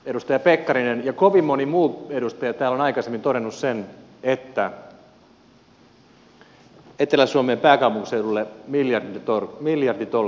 edustaja pekkarinen ja kovin moni muu edustaja täällä ovat aikaisemmin todenneet sen että etelä suomeen pääkaupunkiseudulle miljarditolkulla panostetaan